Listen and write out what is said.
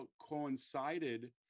coincided